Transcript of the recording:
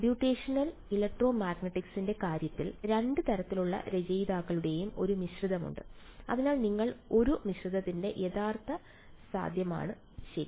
computational ഇലക്ട്രോമാഗ്നറ്റിക്സിന്റെ കാര്യത്തിൽ രണ്ട് തരത്തിലുള്ള രചയിതാക്കളുടെയും ഒരു മിശ്രിതമുണ്ട് അതിനാൽ നിങ്ങൾ ഒരു മിശ്രണത്തിന്റെ യഥാർത്ഥ സാധ്യതയാണ് ശരി